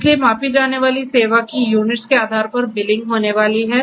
इसलिए मापी जाने वाली सेवा की यूनिट्स के आधार पर बिलिंग होने वाली है